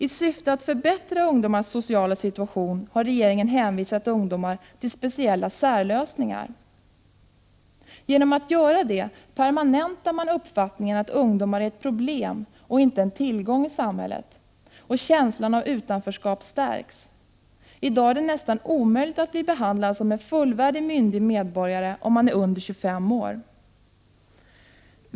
I syfte att förbättra ungdomars sociala situation har regeringen hänvisat ungdomar till speciella särlösningar. Därmed permanentar man uppfattningen att ungdomar är ett problem, och inte en tillgång, i samhället, och känslan av utanförskap förstärks. I dag är det nästan omöjligt att bli behandlad som en fullvärdig, myndig medborgare om man är under 25 år.